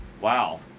wow